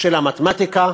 של לימודי המתמטיקה,